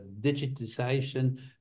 digitization